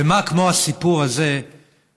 ומה כמו הסיפור הזה מספר